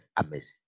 amazing